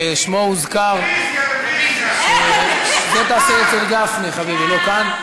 ששמו הוזכר, את זה תעשה אצל גפני, חביבי, לא כאן.